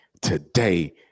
today